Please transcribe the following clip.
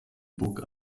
burg